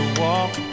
Walk